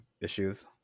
issues